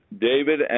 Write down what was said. David